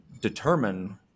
determine